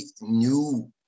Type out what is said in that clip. new